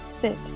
fit